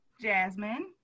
Jasmine